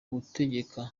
gutegeka